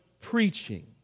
preaching